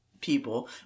people